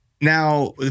now